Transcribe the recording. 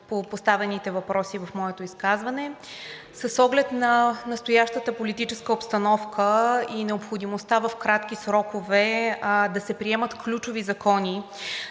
по поставените въпроси в моето изказване. С оглед на настоящата политическа обстановка и необходимостта в кратки срокове да се приемат ключови закони